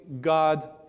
God